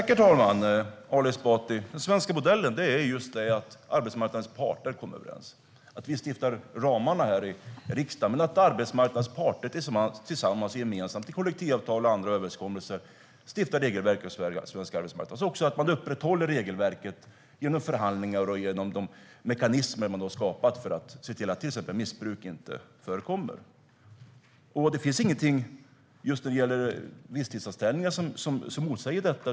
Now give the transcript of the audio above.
Herr talman! Den svenska modellen är att arbetsmarknadens parter kommer överens, Ali Esbati. Vi stiftar lagar för ramarna här i riksdagen. Men arbetsmarknadens parter tillsammans och gemensamt i kollektivavtal och andra överenskommelser bestämmer regelverket på svensk arbetsmarknad. De upprätthåller också regelverket genom förhandlingar och de mekanismer som de skapat för att se till att till exempel missbruk inte förekommer. Det finns ingenting när det gäller visstidsanställningar som motsäger detta.